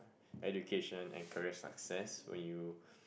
education and career success when you